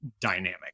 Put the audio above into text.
dynamic